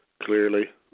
clearly